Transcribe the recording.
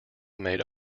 made